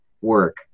work